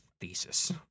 thesis